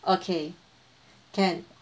okay can